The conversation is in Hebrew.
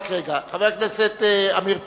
חבר הכנסת עמיר פרץ.